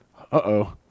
Uh-oh